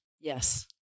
Yes